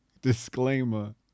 Disclaimer